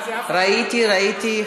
ראיתי, ראיתי.